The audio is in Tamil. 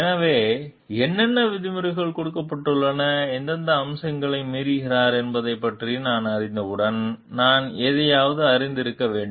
எனவே என்னென்ன விதிமுறைகள் கொடுக்கப்பட்டுள்ளன எந்தெந்த அம்சங்களை மீறுகிறதா என்பதைப் பற்றி நான் அறிந்தவுடன் நான் எதையாவது அறிந்திருக்க வேண்டும்